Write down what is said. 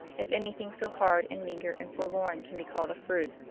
if anything so hard and meager and forlorn can be called a fruit.